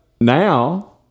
now